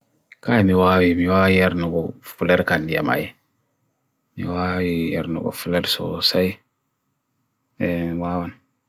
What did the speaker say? kain yuwahi, yuwahi er nubo fler kandiyamai. yuwahi er nubo fler, so say, wawan.